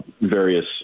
various